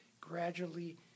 gradually